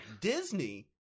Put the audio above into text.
Disney